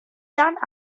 done